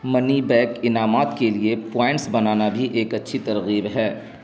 منی back انعامات کے لیے پوائنٹس بنانا بھی ایک اچھی ترغیب ہے